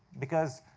because,